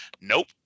Nope